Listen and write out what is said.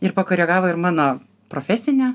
ir pakoregavo ir mano profesinę